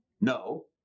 no